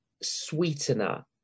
sweetener